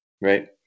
right